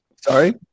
Sorry